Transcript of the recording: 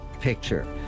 Picture